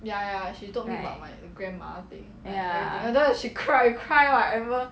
right ya